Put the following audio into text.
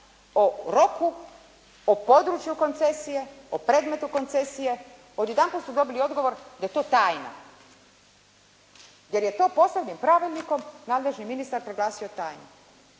o roku, o području koncesije, o predmetu koncesije. Odjedanput su dobili odgovor da je to tajna, jer je to posebnim Pravilnikom nadležni ministar proglasio tajnom.